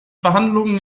verhandlungen